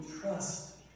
trust